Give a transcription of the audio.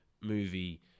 movie